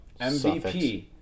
MVP